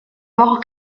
woche